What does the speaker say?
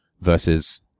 versus